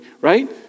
right